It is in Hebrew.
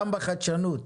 גם ברשות החדשנות,